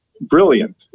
brilliant